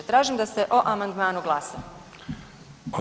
Tražim da se o amandmanu glasa.